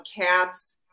cats